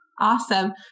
Awesome